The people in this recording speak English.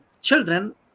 children